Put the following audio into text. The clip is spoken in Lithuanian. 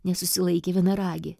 nesusilaikė vienaragė